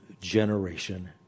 generation